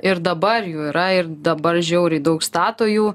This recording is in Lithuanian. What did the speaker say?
ir dabar jų yra ir dabar žiauriai daug stato jų